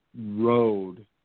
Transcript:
road